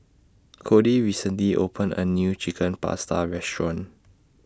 Codi recently opened A New Chicken Pasta Restaurant